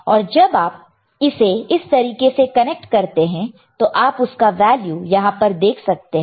और जब आप इसे इस तरीके से कनेक्ट करते हैं तो आप उसका वैल्यू यहां पर देख सकते हैं